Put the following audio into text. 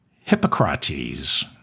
Hippocrates